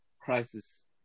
crisis